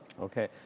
Okay